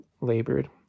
labored